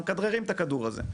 מכדררים את הכדור הזה.